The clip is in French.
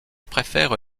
préfère